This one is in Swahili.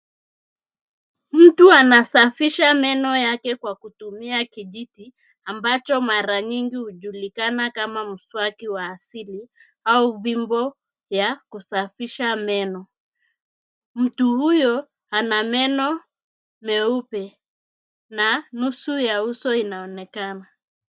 Mtu anasafisha meno yake kwa kutumia kijiti ambacho mara nyingi hujulikana kama mswaki wa asili au fimbo ya kusafisha meno. Mtu huyo ana meno meupe na nusu ya uso inaonekana.